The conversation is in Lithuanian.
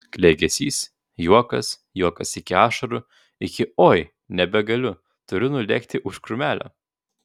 klegesys juokas juokas iki ašarų iki oi nebegaliu turiu nulėkti už krūmelio